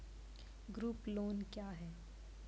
Group loan क्या है?